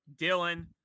Dylan